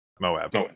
Moab